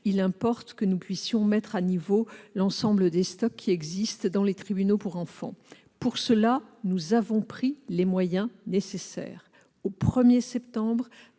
il importe que nous puissions mettre à niveau l'ensemble des stocks existants dans les tribunaux pour enfants. Pour cela, nous avons pris les moyens nécessaires : au 1 septembre